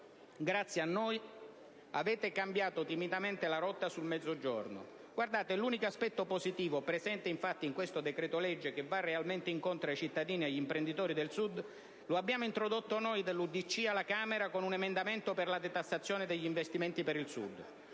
Grazie a noi avete cambiato timidamente la rotta sul Mezzogiorno: l'unico aspetto positivo presente in questo decreto-legge, che va realmente incontro ai cittadini e agli imprenditori del Sud, lo abbiamo introdotto noi dell'UDC alla Camera con un emendamento per la detassazione degli investimenti per il Sud.